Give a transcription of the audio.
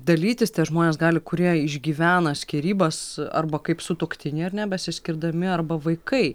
dalytis tie žmonės gali kurie išgyvena skyrybas arba kaip sutuoktiniai ar ne besiskirdami arba vaikai